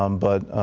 um but